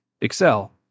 excel